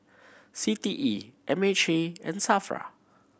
C T E M H A and SAFRA